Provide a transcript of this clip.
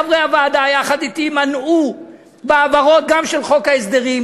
חברי הוועדה יחד אתי מנעו בהעברות גם של חוק ההסדרים,